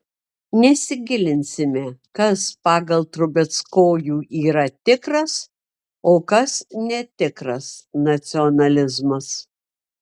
nesigilinsime kas pagal trubeckojų yra tikras o kas netikras nacionalizmas